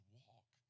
walk